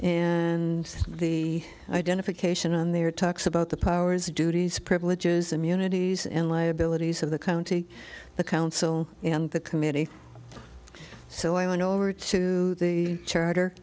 and the identification on their talks about the powers duties privileges immunities and liabilities of the county the council and the committee so i went over to the charter